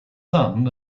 son